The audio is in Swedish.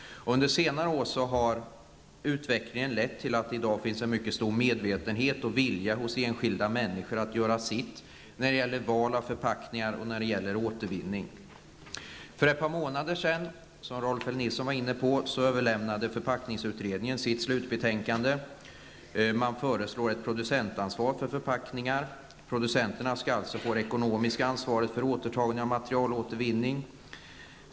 Under senare år har utvecklingen lett till att det i dag finns en mycket stor medvetenhet och vilja hos enskilda människor att göra sitt när det gäller val av förpackningar och återvinning. För ett par månader sedan överlämnade, som också Rolf L Nilson sade, förpackningsutredningen sitt slutbetänkande. Utredningen föreslår ett producentansvar för förpackningar. Producenterna skall alltså få det ekonomiska ansvaret för återtagning och materialåtervinning.